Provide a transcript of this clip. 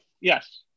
yes